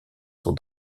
sont